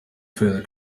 further